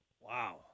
Wow